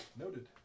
Noted